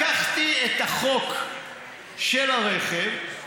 לקחתי את החוק של הרכב, צודק.